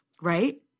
right